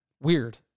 Weird